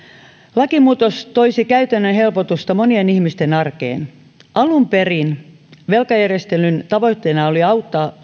lakimuutos toisi käytännön helpotusta monien ihmisten arkeen alun perin velkajärjestelyn tavoitteena oli auttaa